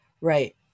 right